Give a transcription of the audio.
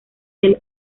del